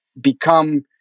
become